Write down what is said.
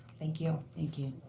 thank you. thank you.